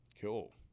Cool